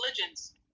religions